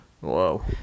whoa